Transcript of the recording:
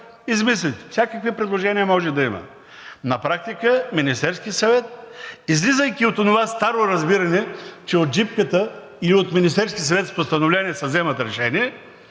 измислите, всякакви предложения може да има. На практика Министерският съвет, излизайки от онова старо разбиране, че от джипката и от Министерския съвет с постановление се вземат решения,